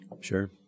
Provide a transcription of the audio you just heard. Sure